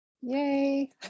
Yay